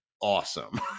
awesome